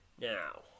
Now